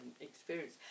experience